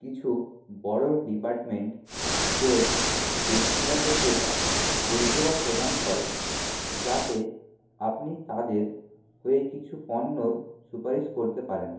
কিছু বড় department store ব্যক্তিগত ক্রেতা পরিষেবা প্রদান করে যাতে আপনি তাদের হয়ে কিছু পণ্যর সুপারিশ করতে পারেন